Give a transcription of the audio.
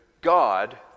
God